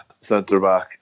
centre-back